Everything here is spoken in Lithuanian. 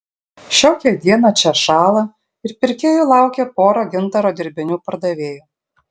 šiokią dieną čia šąla ir pirkėjų laukia pora gintaro dirbinių pardavėjų